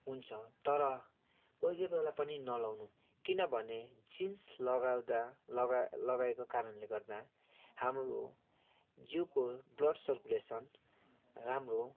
हुन्छ तर कोही कोही बेला पनि नलाउनु किनभने जिन्स लगाउँदा लगा लगाएको कारणले गर्दा हाम्रो जिउको ब्लड सर्कुलेसन राम्रो